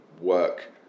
work